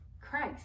christ